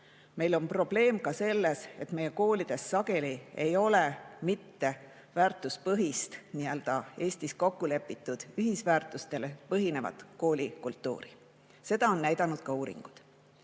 Meil on probleem ka selles, et meie koolides sageli ei ole väärtuspõhist, nii‑öelda Eestis kokku lepitud ühistel väärtustel põhinevat koolikultuuri. Seda on näidanud ka uuringud. Miks